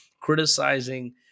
criticizing